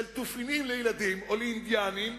של תופינים לילדים או לאינדיאנים,